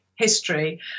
history